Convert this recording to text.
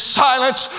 silence